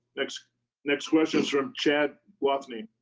next next question is from chad wattsknee.